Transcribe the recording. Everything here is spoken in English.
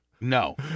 No